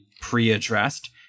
pre-addressed